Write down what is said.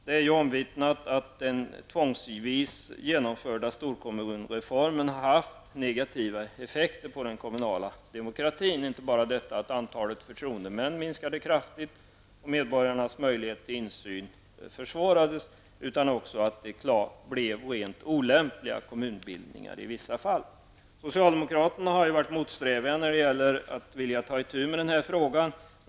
Det är omvittnat att den tvångsvis genomförda storkommunreformen har haft negativa effekter på den kommunala demokratin. Det är inte bara det att antalet förtroendemän minskade kraftigt och medborgarnas möjligheter till insyn försvårades, utan också att det i vissa fall blev klart olämpliga kommunbildningar. Socialdemokraterna har varit motsträviga när det gäller att vilja ta itu med denna fråga.